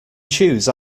choose